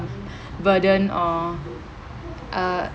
burden or uh